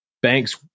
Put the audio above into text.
Banks